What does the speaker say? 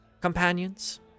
companions